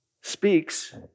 speaks